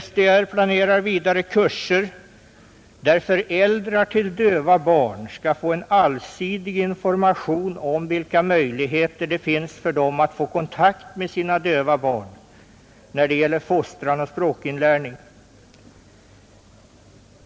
SDR planerar vidare kurser, där föräldrar till döva barn skall lämnas allsidig information om vilka möjligheter det finns för dem att få kontakt med sina döva barn när det gäller fostran och språkinlärning.